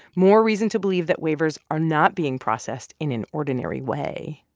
more reason to believe that waivers are not being processed in an ordinary way.